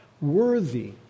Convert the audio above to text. worthy